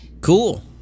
cool